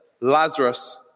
Lazarus